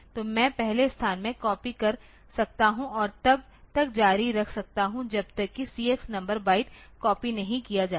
तो मैं पहले स्थान से कॉपी कर सकता हूं और तब तक जारी रख सकता हूं जब तक कि CX नंबर बाईट कॉपी नहीं किया जाता